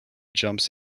jumps